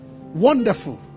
wonderful